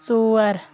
ژور